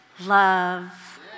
love